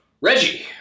Reggie